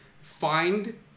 find